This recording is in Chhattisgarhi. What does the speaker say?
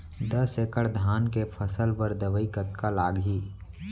दस एकड़ धान के फसल बर दवई कतका लागही?